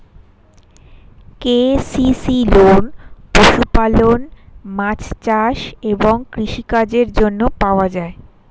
KCC loan পশুপালন, মাছ চাষ এবং কৃষি কাজের জন্য পাওয়া যায়